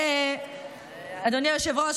אדוני היושב-ראש,